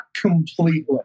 completely